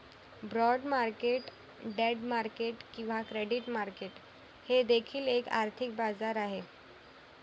bond market debt market किंवा credit market हे देखील एक आर्थिक बाजार आहे